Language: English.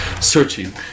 Searching